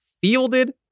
fielded